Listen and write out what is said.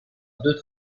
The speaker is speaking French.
deux